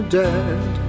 dead